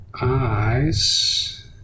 eyes